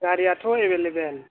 गारिआथ' available